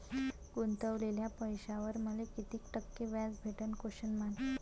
गुतवलेल्या पैशावर मले कितीक टक्के व्याज भेटन?